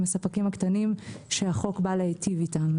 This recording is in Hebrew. הספקים היותר קטנים שהחוק בא להיטיב איתם.